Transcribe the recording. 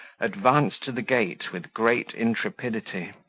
advanced to the gate with great intrepidity,